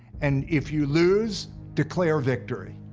and if you lose, declare victory.